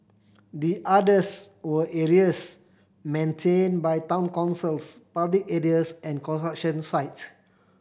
the others were areas maintained by town councils public areas and construction sites